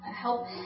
help